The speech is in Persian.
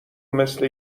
مثل